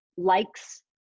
likes